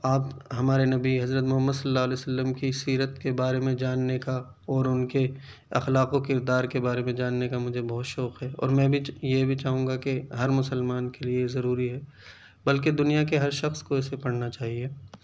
آپ ہمارے نبی حضرت محمد صلی اللہ علیہ وسلم کی سیرت کے بارے میں جاننے کا اور ان کے اخلاق و کردار کے بارے میں جاننے کا مجھے بہت شوق ہے اور میں بھی یہ بھی چاہوں گا کہ ہر مسلمان کے لیے یہ ضروری ہے بلکہ دنیا کے ہر شخص کو اسے پڑھنا چاہیے